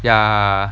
ya